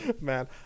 man